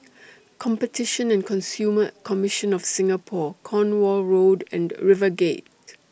Competition and Consumer Commission of Singapore Cornwall Road and RiverGate